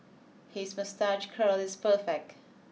his moustache curl is perfect